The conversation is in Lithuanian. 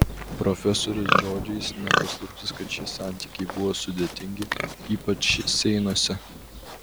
profesorės žodžiais ne paslaptis kad šie santykiai buvo sudėtingi ypač seinuose